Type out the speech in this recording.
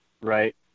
right